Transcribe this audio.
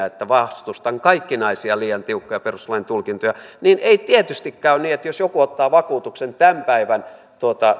että vastustan kaikkinaisia liian tiukkoja perustuslain tulkintoja niin ei tietystikään ole niin vaan jos joku ottaa vakuutuksen tämän päivän